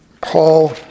Paul